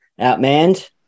outmanned